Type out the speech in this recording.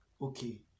okay